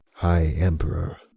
high emperor,